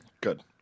Good